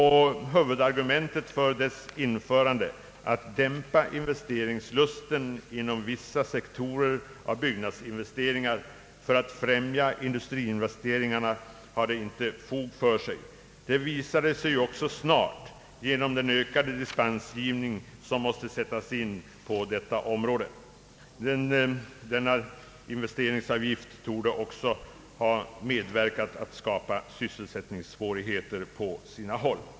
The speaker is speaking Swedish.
Huvudargumentet för dess införande, nämligen att dämpa investeringslusten inom vissa sektorer av byggnadsinvesteringar för att främja industriinvesteringarna, hade inte fog för sig. Det visade sig också snart genom den ökade dispensgivning som måste sättas in på detta område. Investeringsavgiften torde också ha medverkat till att skapa sysselsättningssvårigheter på sina håll.